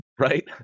right